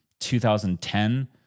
2010